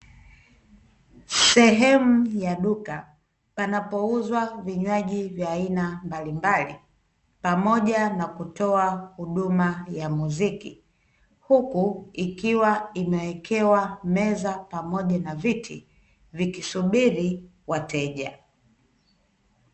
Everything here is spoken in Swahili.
Sehemu ya duka, panapouzwa vinywaji vya aina mbalimbali, pamoja na kutoa huduma ya muziki, huku ikiwa imewekewa meza pamoja na viti, vikisubiri wateja.